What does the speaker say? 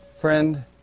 Friend